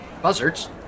Buzzards